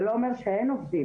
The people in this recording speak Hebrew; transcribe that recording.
זה לא אומר שאין עובדים.